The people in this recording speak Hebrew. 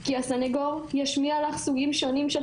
כי הסניגור ישמיע לך סוגים שונים של